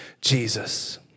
Jesus